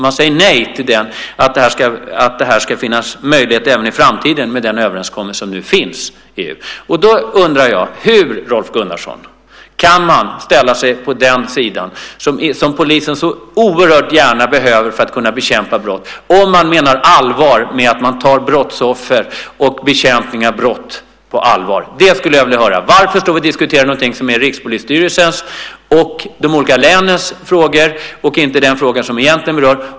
Man säger nej till att det ska finnas möjlighet till det även i framtiden med den överenskommelse som nu finns i EU. Hur kan man ställa sig på den sidan, Rolf Gunnarsson, när polisen så oerhört väl behöver det för att kunna bekämpa brott, om man menar allvar med att man tar brottsoffer och bekämpning av brott på allvar? Det skulle jag vilja höra. Varför ska vi diskutera någonting som är Rikspolisstyrelsens och de olika länens frågor och inte den fråga som det egentligen berör?